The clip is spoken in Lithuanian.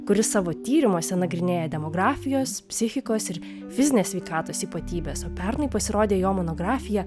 kuris savo tyrimuose nagrinėja demografijos psichikos ir fizinės sveikatos ypatybes o pernai pasirodė jo monografija